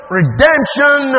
redemption